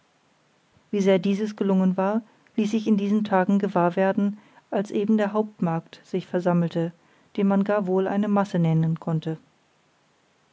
wie sehr dieses gelungen war ließ sich in diesen tagen gewahr werden als eben der hauptmarkt sich versammelte den man gar wohl eine masse nennen konnte